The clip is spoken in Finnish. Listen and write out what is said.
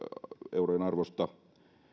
eurojen arvosta